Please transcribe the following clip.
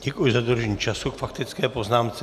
Děkuji za dodržení času k faktické poznámce.